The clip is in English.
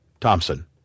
Thompson